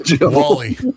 wally